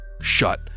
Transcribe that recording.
shut